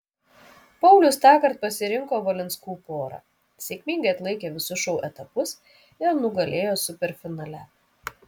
paulius tąkart pasirinko valinskų porą sėkmingai atlaikė visus šou etapus ir nugalėjo superfinale